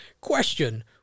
Question